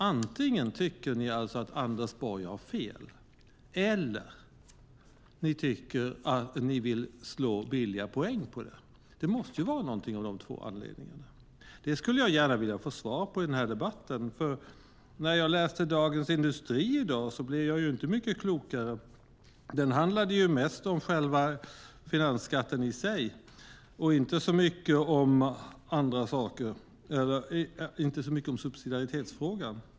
Antingen tycker ni att Anders Borg har fel eller så vill ni få billiga poäng. Det måste vara någon av de två anledningarna. Jag vill gärna få ett svar under debatten. Jag blev inte mycket klokare när jag läste Dagens Industri i dag. Artikeln handlade mest om finansskatten i sig, inte så mycket om subsidiaritetsfrågan.